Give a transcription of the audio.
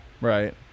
right